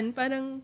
parang